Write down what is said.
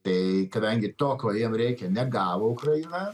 tai kadangi to ko jiem reikia negavo ukraina